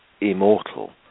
immortal